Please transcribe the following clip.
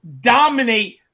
dominate